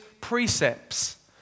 precepts